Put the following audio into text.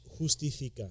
justifica